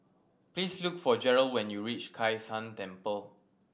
please look for Jerel when you reach Kai San Temple